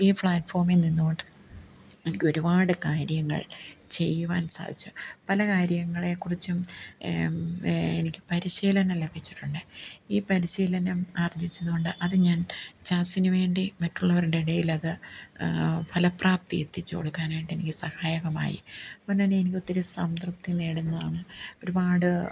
ഈ ഫ്ലാറ്റ്ഫോമിൽ നിന്നുകൊണ്ട് എനിക്കൊരുപാട് കാര്യങ്ങൾ ചെയ്യുവാൻ സാധിച്ചു പല കാര്യങ്ങളേക്കുറിച്ചും എനിക്ക് പരിശീലനം ലഭിച്ചിട്ടുണ്ട് ഈ പരിശീലനം ആർജിച്ചതുകൊണ്ട് അത് ഞാൻ ജാസിന് വേണ്ടി മറ്റുള്ളവരുടെ ഇടയിലത് ഫലപ്രാപ്തി എത്തിച്ച് കൊടുക്കാനായിട്ടെനിക്ക് സഹായകമായി അതുപോലെത്തന്നെ എനിക്കൊത്തിരി സംതൃപ്തി നേടുന്നതാണ് ഒരുപാട്